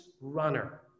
runner